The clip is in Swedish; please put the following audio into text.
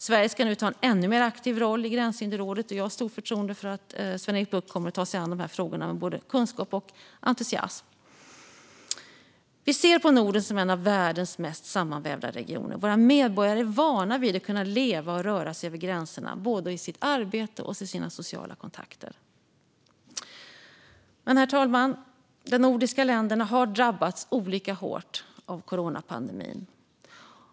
Sverige ska nu ta en ännu mer aktiv roll i Gränshinderrådet, och jag har stort förtroende för hur Sven-Erik Bucht kommer att ta sig an dessa frågor. Han har både kunskap och entusiasm. Vi ser på Norden som en av världens mest sammanvävda regioner. Våra medborgare är vana vid att kunna leva och röra sig över gränserna både i sitt arbete och i sina sociala kontakter. Men, herr talman, de nordiska länderna har drabbats olika hårt av coronapandemin.